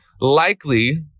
likely